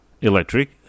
Electric